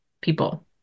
people